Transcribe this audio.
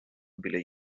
біля